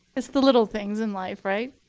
it's the little things in life, right?